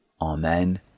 Amen